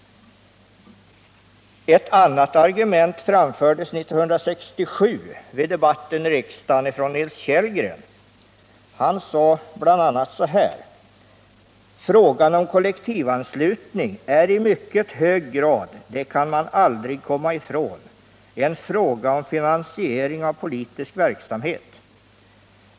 Ett annat argument framfördes 1967 vid debatten i riksdagen. Nils Kellgren sade då bl.a.: ”Frågan om kollektivanslutning är i mycket hög grad — det kan man aldrig komma ifrån — en fråga om finansiering av politisk verksamhet.